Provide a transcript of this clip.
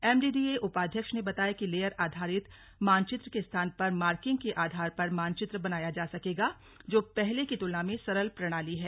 MDDA उपाध्यक्ष ने बताया कि लेयर आधारित मानचित्र के स्थान पर मार्किंग के आधार पर मानचित्र बनाया जा सकेगा जो पहले की तुलना में सरल प्रणाली है